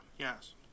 Yes